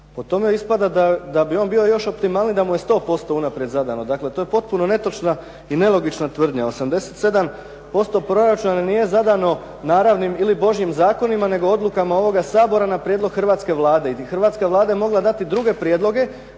Po tome ispada da bi on bio još optimalniji da mu je 100% unaprijed zadano. Dakle to je potpuno netočna i nelogična tvrdnja. 87% proračuna nije zadano naravnim ili božjim zakonima, nego odlukama ovoga Sabora na prijedlog hrvatske Vlade. Hrvatska Vlada je mogla dati druge prijedloge